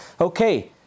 okay